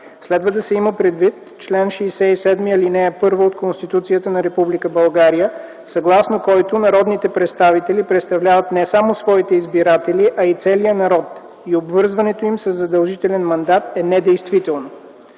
Следва да се има предвид чл. 67, ал. 1 от Конституцията на Република България, съгласно който народните представители представляват не само своите избиратели, а и целия народ и обвързването им със задължителен мандат е недействително.